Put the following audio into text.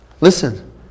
listen